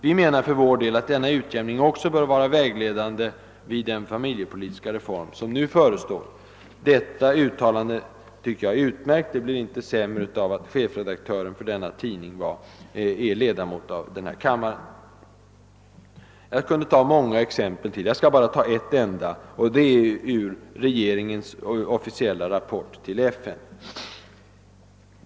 Vi menar för vår del, att denna utjämning bör vara vägledande också vid den familjepolitiska reform som nu förestår.» Detta uttalande tycker jag är utmärkt; det blir inte sämre av att tidningens chefredaktör är ledamot av andra kammaren. Jag skulle kunna anföra många ytterligare exempel, men jag skall bara ta ett enda, och det är hämtat ur regeringens officiella rapport till FN.